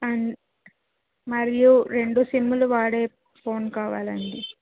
and మరియు రెండు సిమ్లు వాడే ఫోన్ కావాలండి